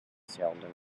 sheldon